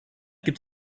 gibt